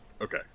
Okay